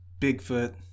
Bigfoot